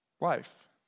life